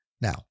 Now